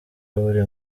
buri